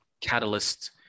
catalyst